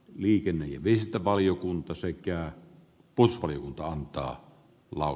liikenne ja viestintävaliokunta sekä polttolinjaan ta lal